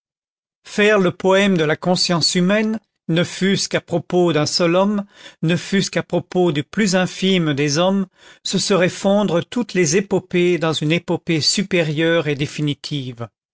faire le poème de la conscience humaine ne fût-ce qu'à propos d'un seul homme ne fût-ce qu'à propos du plus infime des hommes ce serait fondre toutes les épopées dans une épopée supérieure et définitive